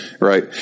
Right